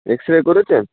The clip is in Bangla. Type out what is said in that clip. এক্স রে করেছেন